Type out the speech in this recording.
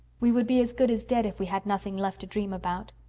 we would be as good as dead if we had nothing left to dream about.